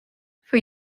for